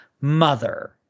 mother